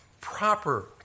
proper